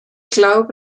glaube